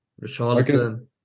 Richardson